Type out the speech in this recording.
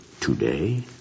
today